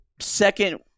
second –